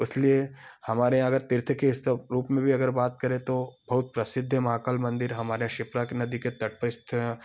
उस लिए हमारे यहाँ अगर तीर्थ के स्थ रूप में भी अगर बात करें तो बहुत प्रसिद्ध है महाकाल मंदिर हमारे शिप्रा की नदी के तट पर स्थि